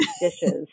dishes